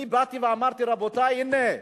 אני באתי ואמרתי: רבותי, הנה,